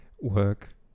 work